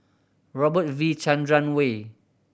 Robert V Chandran Way